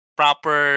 proper